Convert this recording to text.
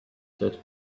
said